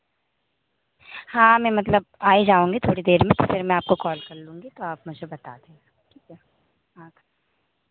हाँ मैं मतलब आ ही जाऊँगी थोड़ी देर में तो फिर मैं आपको कॉल कर लूँगी तो आप मुझे बता देना ठीक है हाँ